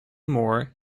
more